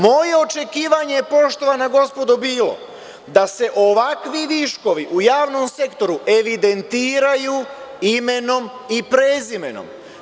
Moje očekivanje, poštovana gospodo bilo je, da se ovakvi viškovi u javnom sektoru evidentiraju imenom i prezimenom.